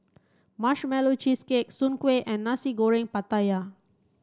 marshmallow cheesecake Soon Kueh and Nasi Goreng Pattaya